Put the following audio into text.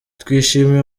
twishimiye